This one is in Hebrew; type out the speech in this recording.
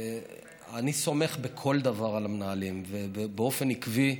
אני סומך בכל דבר על המנהלים, ובאופן עקבי מגבה.